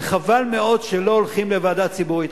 חבל מאוד שלא הולכים לוועדה ציבורית,